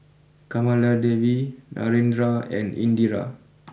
Kamaladevi Narendra and Indira